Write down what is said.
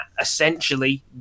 essentially